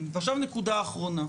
עכשיו נקודה אחרונה.